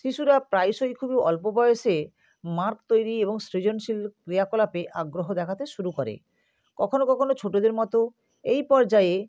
শিশুরা প্রায়শই খুবই অল্প বয়সে মার্ক তৈরি এবং সৃজনশীল ক্রিয়াকলাপে আগ্রহ দেখাতে শুরু করে কখনও কখনও ছোটোদের মতো এই পর্যায়ে